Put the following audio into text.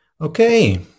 Okay